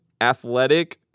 athletic